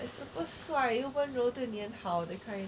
like super 帅又温柔对你很好 that kind